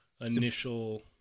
initial